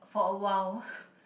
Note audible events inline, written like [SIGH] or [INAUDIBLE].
for a while [BREATH]